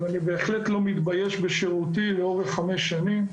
אבל אני בהחלט לא מתבייש בשירותי, לאורך חמש שנים.